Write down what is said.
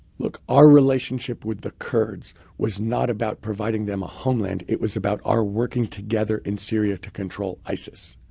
look, our relationship with the kurds was not about providing them a homeland. it was about our working together in syria to control isis.